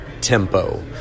tempo